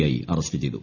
I arrest ചെയ്തു